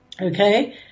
Okay